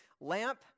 lamp